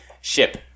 ship